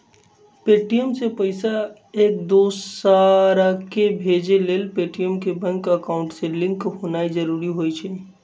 Paytm से पईसा एकदोसराकेँ भेजे लेल पेटीएम के बैंक अकांउट से लिंक होनाइ जरूरी होइ छइ